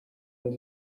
and